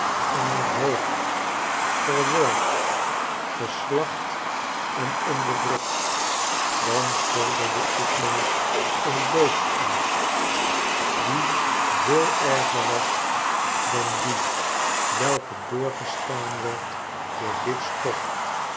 en onthoofd verworgd geslacht en onderdrukt dan schilderde ik mij een doodangst die veel erger was dan die welke doorgestaan werd door dit stof